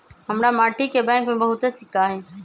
हमरा माटि के बैंक में बहुते सिक्का हई